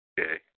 Okay